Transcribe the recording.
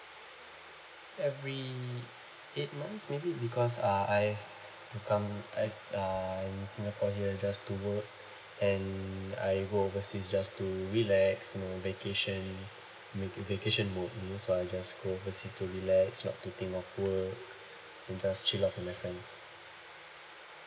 every eight months maybe because uh I I uh in singapore here just to work and I go overseas just to relax you know vacation vacation mode so I just go overseas just to relax not to think of work and just chill off with my friends